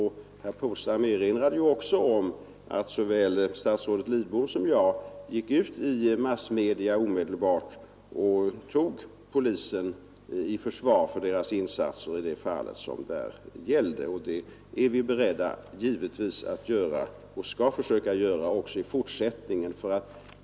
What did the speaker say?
Herr Polstam erinrade också om att såväl statsrådet Lidbom som jag omedelbart gick ut i massmedierna och tog polisen i försvar för de insatser som gjordes i det fall som det då gällde, och vi är givetvis beredda att göra det också i fortsättningen.